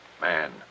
Man